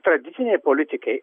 tradicinei politikai